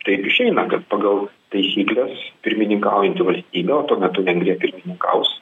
taip išeina kad pagal taisykles pirmininkaujanti valstybė o tuo metu vengrija pirmininkaus